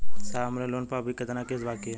साहब हमरे लोन पर अभी कितना किस्त बाकी ह?